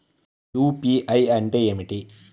UPI అంటే ఏమిటీ?